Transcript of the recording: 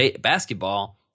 basketball